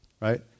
right